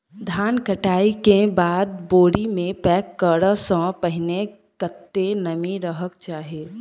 धान कटाई केँ बाद बोरी मे पैक करऽ सँ पहिने कत्ते नमी रहक चाहि?